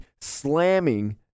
slamming